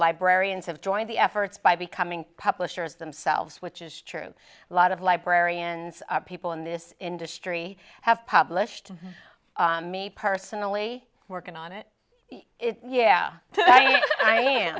librarians have joined the efforts by becoming publishers themselves which is true a lot of librarians are people in this industry have published me personally working on it yeah i